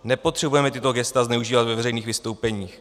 Nepotřebujeme tato gesta zneužívat ve veřejných vystoupeních.